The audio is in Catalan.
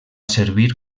servir